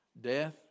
Death